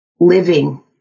Living